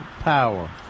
power